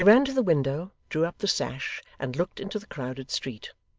they ran to the window, drew up the sash, and looked into the crowded street.